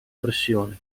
pressione